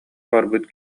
барбыт